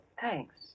Thanks